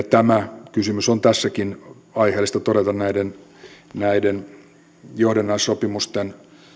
tämä kysymys on tässäkin aiheellista todeta näiden näiden johdannaissopimusten